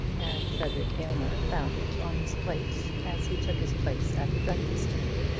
and frederic aylmer found it on his plate as he took his place at the breakfast-table.